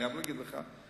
אני חייב להגיד לך,